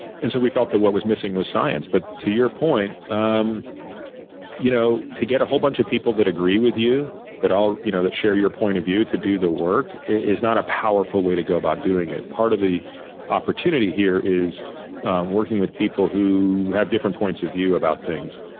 and so we thought that what was missing was science, but to your point um you know to get a whole bunch of people that agree with you that you know share your point of view to do the work is not a powerful way to go about doing it. part of the opportunity here is working with people who have different points of view about things.